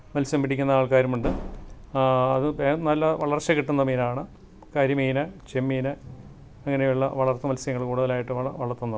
മത്സ്യം പിടിക്കുന്ന ആൾക്കാരുമുണ്ട് അത് വേഗം നല്ല വളർച്ച കിട്ടുന്ന മീനാണ് കരിമീൻ ചെമ്മീൻ അങ്ങനെയുള്ള വളർത്തുമത്സ്യങ്ങൾ കൂടുതലായിട്ടും വളർത്തുന്നുണ്ട്